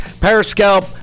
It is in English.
Periscope